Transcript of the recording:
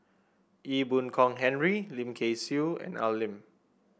Ee Boon Kong Henry Lim Kay Siu and Al Lim